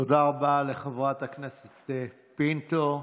תודה רבה לחברת הכנסת פינטו.